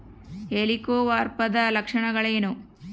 ಹೆಲಿಕೋವರ್ಪದ ಲಕ್ಷಣಗಳೇನು?